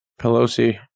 Pelosi